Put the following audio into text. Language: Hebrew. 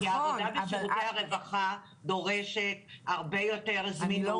כי עבודה בשירותי הרווחה דורשת הרבה יותר זמינות.